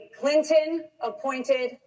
Clinton-appointed